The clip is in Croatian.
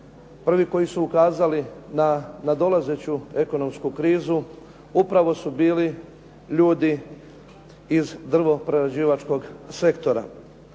prvi koji su ukazali na nadolazeću ekonomsku krizu upravo su bili ljudi iz drvo prerađivačkog sektora.